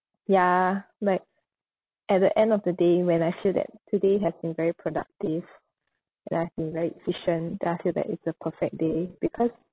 ya like at the end of the day when I feel that today has been very productive and I've been very efficient then I feel that is the perfect day because